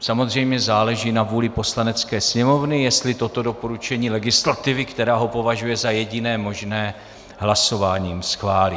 Samozřejmě záleží na vůli Poslanecké sněmovny, jestli toto doporučení legislativy, která ho považuje za jediné možné, hlasováním schválí.